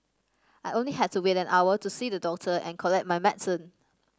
I only had to wait an hour to see the doctor and collect my medicine